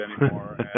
anymore